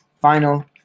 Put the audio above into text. final